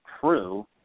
true